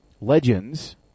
Legends